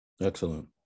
Excellent